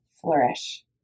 flourish